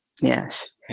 Yes